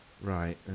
Right